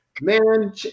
man